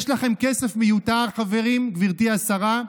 יש לכם כסף מיותר, חברים, גברתי השרה?